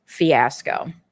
Fiasco